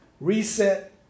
reset